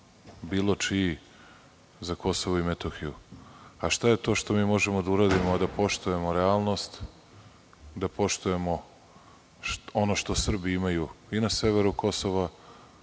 bilo čiji za KiM? Šta je to što možemo da uradimo a da poštujemo realnost, da poštujemo ono što Srbi imaju i na severu Kosova,